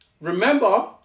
Remember